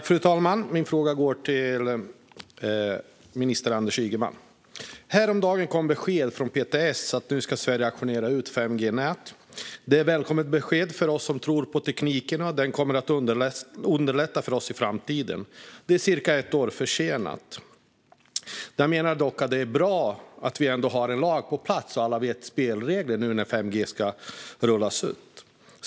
Fru talman! Min fråga går till minister Anders Ygeman. Häromdagen kom beskedet från PTS att Sverige nu ska auktionera ut 5G-nät. Det är ett välkommet besked för oss som tror på tekniken och att den kommer att underlätta för oss i framtiden. Beskedet är cirka ett år försenat. Jag menar dock att det är bra att vi har en lag på plats och att alla kan spelreglerna nu när 5G ska rullas ut.